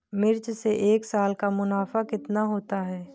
मिर्च से एक साल का मुनाफा कितना होता है?